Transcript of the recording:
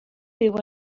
byw